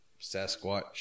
Sasquatch